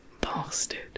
bastard